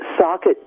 Socket